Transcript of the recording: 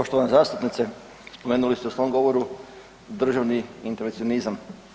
Poštovana zastupnice, spomenuli ste u svom govoru državni intervencionizam.